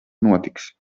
notiks